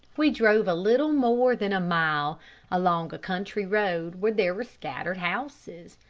we drove a little more than a mile along a country road where there were scattered houses.